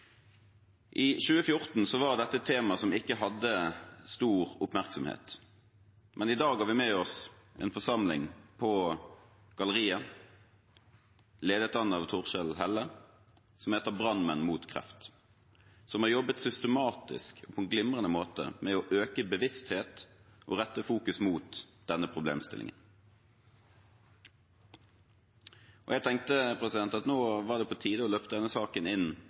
I 2014 var dette et tema som ikke hadde stor oppmerksomhet, men i dag har vi med oss en forsamling på galleriet, ledet av Torkjell Helle, som heter Brannmenn Mot Kreft, og som har jobbet systematisk og på en glimrende måte med å øke bevisstheten og sette denne problemstillingen i fokus. Jeg tenkte at nå var det på tide å løfte denne saken inn